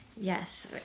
Yes